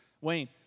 Wayne